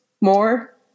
more